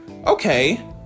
okay